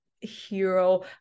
hero